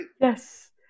yes